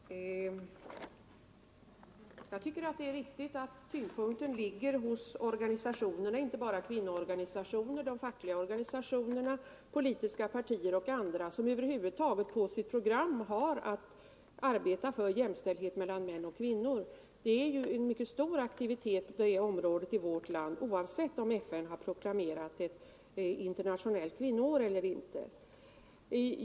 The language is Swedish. Herr talman! Jag tycker att det är riktigt att tyngdpunkten ligger hos de organisationer — inte bara kvinnoorganisationerna, utan de fackliga organisationer, politiska organisationer och andra — som över huvud taget har på sitt program att arbeta för jämställdhet mellan män och kvinnor. Det är en mycket stor aktivitet på det området i vårt land, oavsett om FN har proklamerat internationellt kvinnoår.